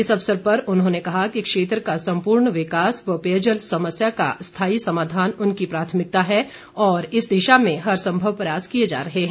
इस अवसर पर उन्होंने कहा कि क्षेत्र का संपूर्ण विकास और पेयजल समस्या का स्थाई समाधान उनकी प्राथमिकता है और इस दिशा में हरसंभव प्रयास किए जा रहे हैं